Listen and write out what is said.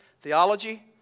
Theology